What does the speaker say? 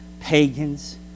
pagans